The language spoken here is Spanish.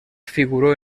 figuró